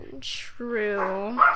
True